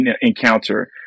encounter